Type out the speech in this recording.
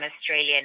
Australian